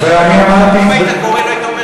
אם היית קורא והיית אומר,